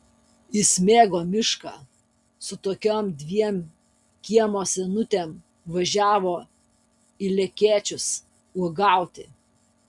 jis mėgo mišką su tokiom dviem kiemo senutėm važiavo į lekėčius uogauti